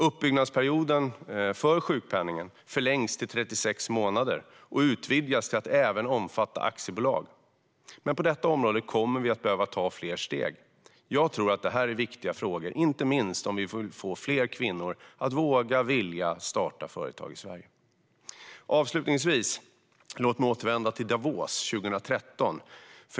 Uppbyggnadsperioden för sjukpenningen förlängs till 36 månader och utvidgas till att även omfatta aktiebolag. Men på detta område kommer vi att behöva ta fler steg. Jag tror att det här är viktiga frågor, inte minst om vi vill få fler kvinnor att våga vilja starta företag i Sverige. Låt mig avslutningsvis återvända till Davos 2013.